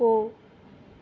போ